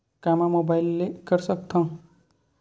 का मै मोबाइल ले कर सकत हव?